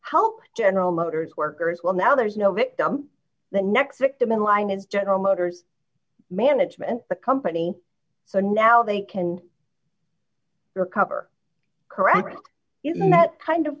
help general motors workers well now there's no victim the next victim in line is general motors management the company so now they can recover correct in that kind of